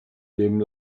dem